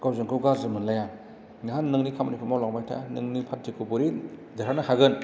गावजों गाव गाज्रि मोनलाया नोंहा नोंनि खामानिखौ मावलांबाय था नोंनि पार्टिखौ बोरै देरहानो हागोन